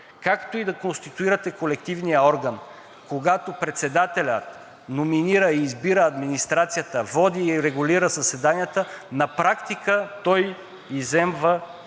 Както и да конституирате колективния орган, когато председателят номинира и избира администрацията, води и регулира заседанията, на практика той изземва